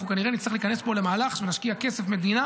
כנראה שנצטרך להיכנס פה למהלך שנשקיע כסף מדינה